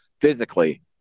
physically